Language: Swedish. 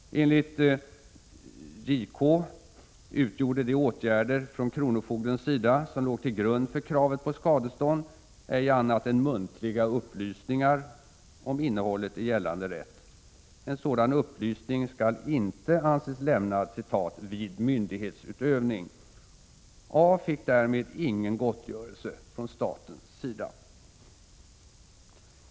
Enligt JK utgjorde de åtgärder från kronofogdens sida som låg till grund för kravet på skadestånd ej annat än muntliga upplysningar om innehållet i gällande rätt. En sådan upplysning skall icke anses lämnad ”vid myndighetsutövning”. A fick därmed ingen gottgörelse från statens sida.